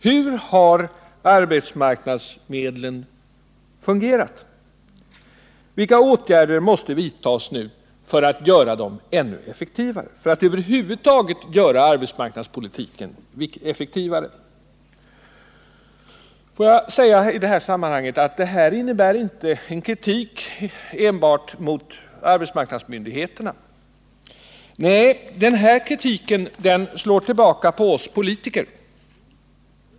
Hur har arbetsmarknadsmedlen fungerat? Vilka åtgärder måste vidtas för att göra dem ännu effektivare, för att över huvud taget göra arbetsmarknadspolitiken effektivare? Får jag i det här sammanhanget säga att detta inte innebär kritik enbart mot arbetsmarknadsmyndigheterna. Nej, den här kritiken slår tillbaka mot oss politiker.